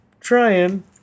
trying